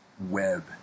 web